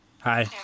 Hi